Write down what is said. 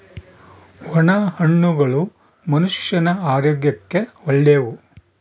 ಒಣ ಹಣ್ಣುಗಳು ಮನುಷ್ಯನ ಆರೋಗ್ಯಕ್ಕ ಒಳ್ಳೆವು